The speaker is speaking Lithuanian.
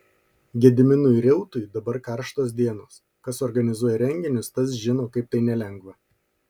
gediminui reutui dabar karštos dienos kas organizuoja renginius tas žino kaip tai nelengva